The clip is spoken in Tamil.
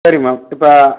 சரி மேம் இப்போ